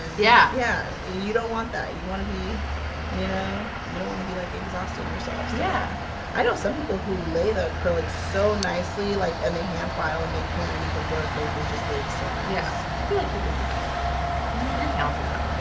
yeah. yeah you don't want that you want to be you know, you don't want to be like exhausting yourself yeah i know some people who lay the kerlix so nicely like and they hand file and they can because they're acrylic has just laid so enough. yes. i feel like you could do that your towns enough.